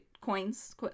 Coins